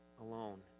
alone